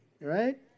Right